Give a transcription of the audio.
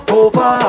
over